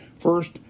First